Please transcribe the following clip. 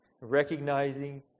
Recognizing